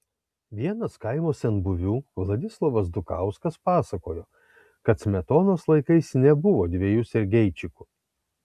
vienas kaimo senbuvių vladislovas dukauskas pasakojo kad smetonos laikais nebuvo dviejų sergeičikų